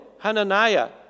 Hananiah